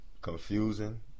confusing